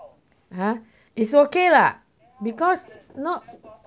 !huh! it's okay lah because not